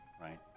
right